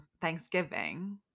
thanksgiving